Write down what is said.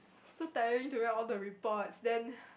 so tiring to write all the reports then